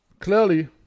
clearly